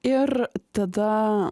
ir tada